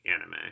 anime